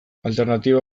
alternatiba